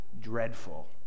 dreadful